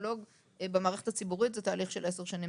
פסיכולוג במערכת הציבורית זה תהליך של עשר שנים.